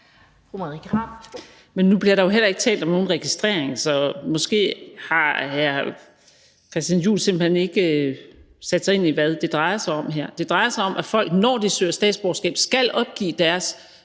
Men nu bliver der jo heller ikke talt om nogen registrering, så måske har hr. Christian Juhl simpelt hen ikke sat sig ind i, hvad det drejer sig om her. Det drejer sig om, at folk, når de søger statsborgerskab, skal opgive deres